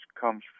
comes